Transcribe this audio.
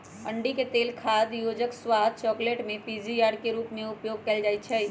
अंडिके तेल खाद्य योजक, स्वाद, चकलेट में पीजीपीआर के रूप में उपयोग कएल जाइछइ